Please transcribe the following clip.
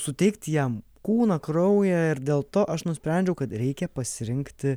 suteikti jam kūną kraują ir dėl to aš nusprendžiau kad reikia pasirinkti